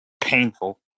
painful